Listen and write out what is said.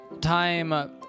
time